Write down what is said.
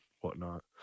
whatnot